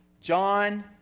John